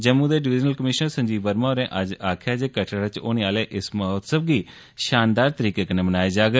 जम्मू दे divisional commissioner Sanjeev Verma होरें अज्ज आक्खेआ जे कटड़ा च होने आले इस महोत्सव गी शानदार तरीके कन्नै मनाया जाग